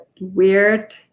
weird